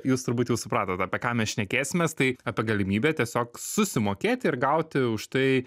jūs turbūt jau supratote apie ką mes šnekėsimės tai apie galimybę tiesiog susimokėti ir gauti už tai